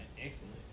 excellent